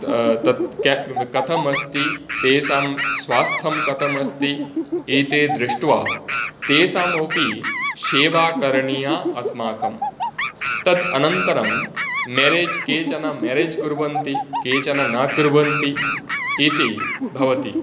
तत् कथमस्ति तेषां स्वास्थं कथम् अस्ति एते दृष्ट्वा तेषामपि सेवा करणीया अस्माकं तत् अनन्तरं मेरेज् केचन मेरेज् कुर्वन्ति केचन न कुर्वन्ति इति भवति